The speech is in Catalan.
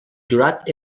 jurat